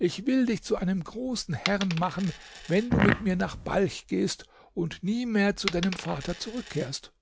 ich will dich zu einem großen herrn machen wenn du mit mir nach balch gehst und nie mehr zu deinem vater zurückkehrst